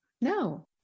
No